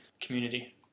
community